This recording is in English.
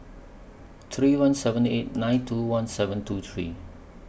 three one seven eight nine two one seven two three